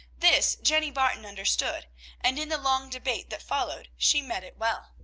this, jenny barton understood and in the long debate that followed she met it well.